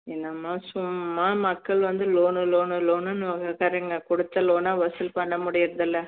என்னம்மா சும்மா மக்கள் வந்து லோனு லோனு லோனுன்னு வாங்க உட்கார்றீங்க கொடுத்த லோனை வசூல் பண்ண முடியறதில்லை